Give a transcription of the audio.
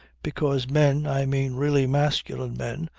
because men, i mean really masculine men,